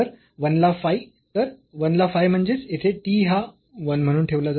तर 1 ला फाय तर 1 ला फाय म्हणजेच येथे t हा 1 म्हणून ठेवला जातो